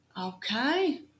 Okay